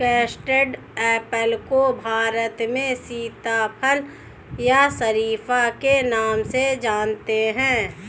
custard apple को भारत में सीताफल या शरीफा के नाम से जानते हैं